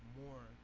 more